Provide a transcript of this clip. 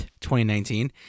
2019